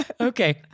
Okay